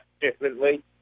differently